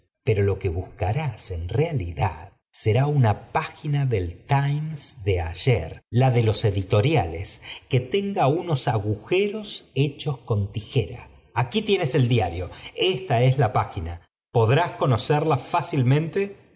pero lo que buscarás en realidad será una página del times de ayer la de los editoriales que tenga unob agujeros hechos con tijeras aquí tía nes el diario esta es la página podrás conocer r la fácilmente